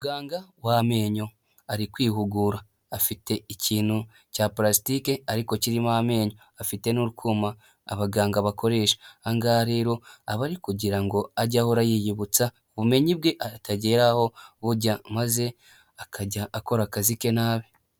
Umuganga w'amenyo ari kwihugura afite ikintu cya parasitike ariko kirimo amenyo, afite n'utwuma abaganga bakoresha. Aha ngahe rero aba ari kugira ngo ajye ahora yiyibutsa ubumenyi bwe butagira aho bujya maze akajya akora akazi ke nabi.